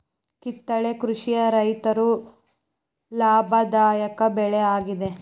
ಕಿತ್ತಳೆ ಕೃಷಿಯ ರೈತರು ಲಾಭದಾಯಕ ಬೆಳೆ ಯಾಗಿದೆ